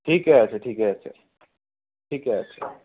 ঠিকেই আছে ঠিকেই আছে ঠিকেই আছে